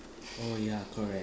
mm ya correct